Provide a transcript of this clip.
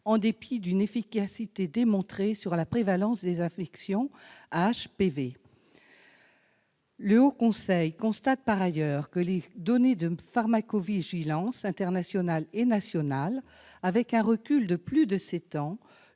en dépit d'une efficacité démontrée sur la prévalence des infections à HPV. Le Haut Conseil constate par ailleurs que « les données de pharmacovigilance, internationales et nationales, avec un recul de plus de sept ans,